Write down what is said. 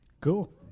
Cool